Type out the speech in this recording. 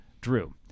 Drew